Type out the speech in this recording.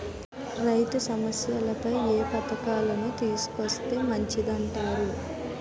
రైతు సమస్యలపై ఏ పథకాలను తీసుకొస్తే మంచిదంటారు?